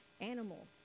animals